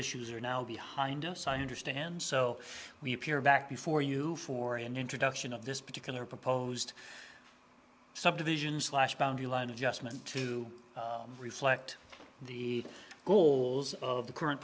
issues are now behind us i understand so we appear back before you for an introduction of this particular proposed subdivision slash boundary line adjustment to reflect the goals of the current